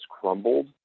crumbled